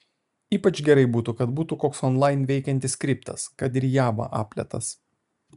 ypač gerai būtų kad būtų koks onlain veikiantis skriptas kad ir java apletas